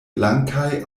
blankaj